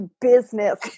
business